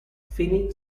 finì